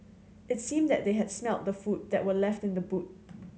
it seemed that they had smelt the food that were left in the boot